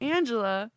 Angela